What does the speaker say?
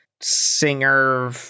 singer